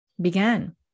began